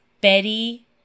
Betty